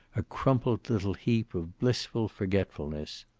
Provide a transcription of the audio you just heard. a crumpled little heap of blissful forgetfulness.